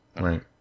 Right